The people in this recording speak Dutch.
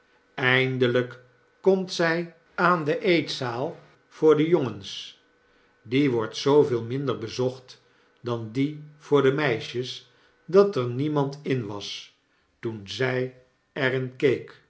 eindelyk komt zy aan de eetzaal voor de jongens die wordt zooveel minder bezocht dan die voor de meisjes dat er demand in was toen zy er